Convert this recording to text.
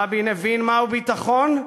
רבין הבין מהו ביטחון,